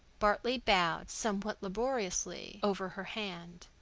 bartley bowed, somewhat laboriously, over her hand.